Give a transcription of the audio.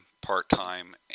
part-time